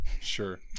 Sure